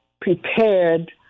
prepared